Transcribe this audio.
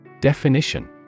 Definition